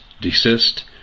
desist